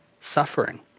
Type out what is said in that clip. suffering